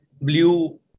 blue